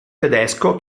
tedesco